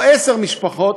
או עשר משפחות,